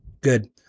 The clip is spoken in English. good